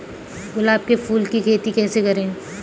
गुलाब के फूल की खेती कैसे करें?